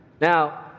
Now